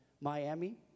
Miami